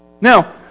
Now